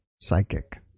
psychic